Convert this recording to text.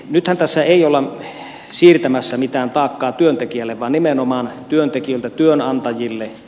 nythän tässä ei olla siirtämässä mitään taakkaa työntekijälle vaan nimenomaan työntekijöiltä työnantajille